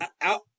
out